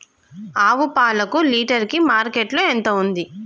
ఆవు పాలకు లీటర్ కి మార్కెట్ లో ఎంత ఉంది?